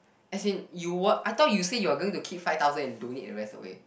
as in you what I thought you say you're going to keep five thousand and donate the rest away